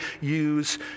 use